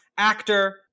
actor